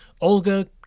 Olga